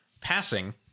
passing